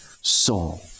soul